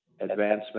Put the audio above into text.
advancement